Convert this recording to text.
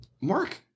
Mark